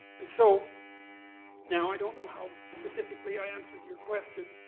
and so now, i don't know how specifically i answered your question.